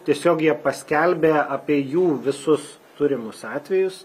tiesiog jie paskelbė apie jų visus turimus atvejus